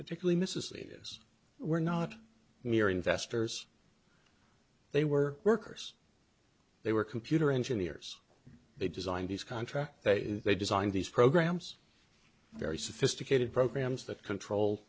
particularly mrs lee s were not mere investors they were workers they were computer engineers they designed these contracts they they designed these programs very sophisticated programs that control